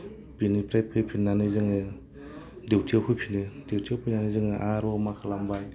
बेनिफ्राय फैफिननानै जोङो डिउटिआव फैफिननो डिउटिआव फैनानै जोङो आरोबाव मा खालामबाय